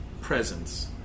presence